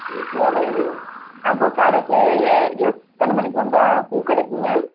ம் சரிங்க அப்போது கடைக்கு ஏ எத்தனை மணிக்கு வந்தால் பூ கிடைக்குங்க